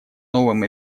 новым